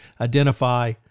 identify